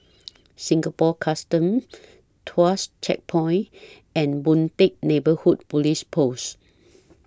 Singapore Customs Tuas Checkpoint and Boon Teck Neighbourhood Police Post